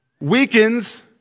weakens